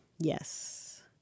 Yes